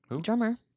drummer